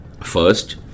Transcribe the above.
First